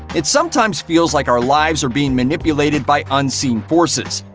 it sometimes feels like our lives are being manipulated by unseen forces.